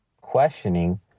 questioning